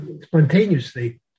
spontaneously